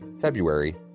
February